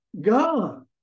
God